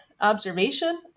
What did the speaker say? observation